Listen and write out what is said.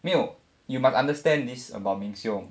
没有 you must understand this about meng siong